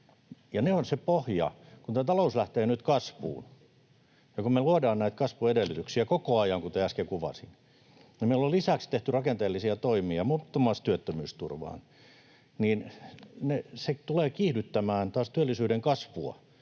ne ovat se pohja. Kun talous lähtee nyt kasvuun ja me luodaan näitä kasvuedellytyksiä koko ajan, kuten äsken kuvasin, ja kun meillä on lisäksi tehty rakenteellisia toimia muun muassa työttömyysturvaan, niin se tulee taas kiihdyttämään työllisyyden kasvua.